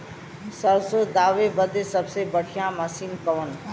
सरसों दावे बदे सबसे बढ़ियां मसिन कवन बा?